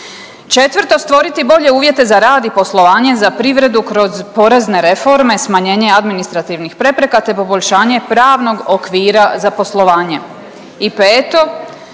Četvrto, stvoriti bolje uvjete za rad i poslovanje za privredu kroz porezne reforme, smanjenje administrativnih prepreka, te poboljšanje pravnog okvira za poslovanje.